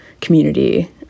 community